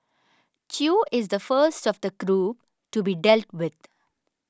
Chew is the first of the group to be dealt with